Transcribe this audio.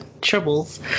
troubles